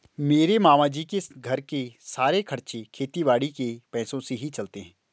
मेरे मामा जी के घर के सारे खर्चे खेती बाड़ी के पैसों से ही चलते हैं